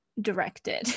directed